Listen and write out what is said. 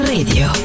Radio